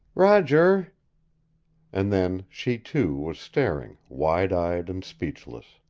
roger and then she, too, was staring, wide-eyed and speechless.